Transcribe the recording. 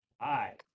Hi